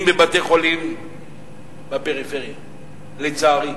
בבתי-חולים בפריפריה, לצערי.